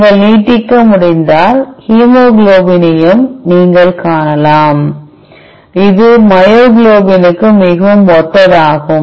நீங்கள் நீட்டிக்க முடிந்தால் ஹீமோகுளோபினையும் நீங்கள் காணலாம் இது மயோகுளோபினுக்கு மிகவும் ஒத்ததாகும்